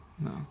no